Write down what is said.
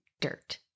dirt